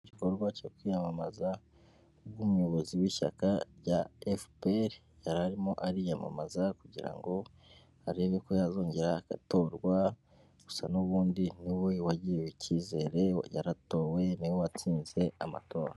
Igikorwa cyo kwiyamamaza, ubwo umuyobozi w'ishyaka rya FPR yari arimo ariyamamaza, kugira ngo arebe ko yazongera agatorwa, gusa n'ubundi niwe wagiriwe icyizere yaratowe niwe watsinze amatora.